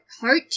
heart